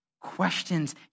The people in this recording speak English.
questions